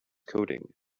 coding